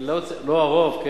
לא הרוב.